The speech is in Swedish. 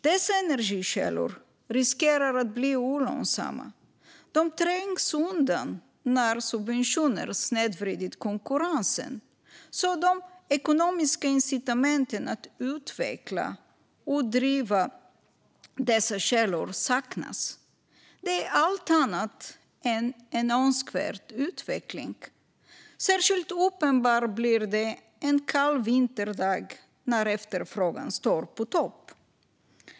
Dessa energikällor riskerar att bli olönsamma. De trängs undan när subventioner snedvrider konkurrensen, så att de ekonomiska incitamenten att utveckla och driva dessa källor saknas. Det är allt annat än en önskvärd utveckling. Särskilt uppenbart blir det en kall vinterdag när efterfrågan står på topp.